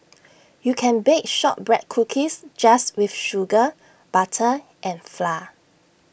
you can bake Shortbread Cookies just with sugar butter and flour